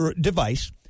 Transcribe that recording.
device